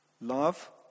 love